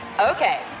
Okay